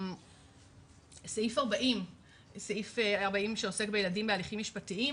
סעיף 40 שעוסק בילדים בהליכים משפטיים,